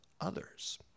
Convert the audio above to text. others